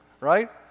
Right